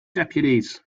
deputies